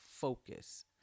focus